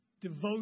devotion